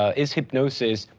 ah is hypnosis,